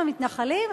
עם המתנחלים?